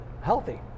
healthy